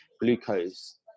glucose